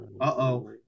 Uh-oh